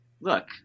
look